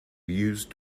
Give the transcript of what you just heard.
used